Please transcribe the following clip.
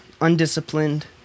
undisciplined